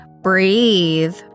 Breathe